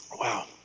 Wow